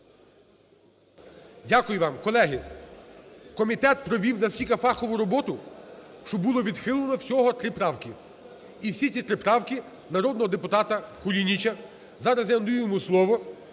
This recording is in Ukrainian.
Дякую вам. Колеги, комітет провів настільки фахову роботу, що було відхилено всього три правки, і всі ці три правки народного депутата Кулініча. Зараз я надаю йому слово.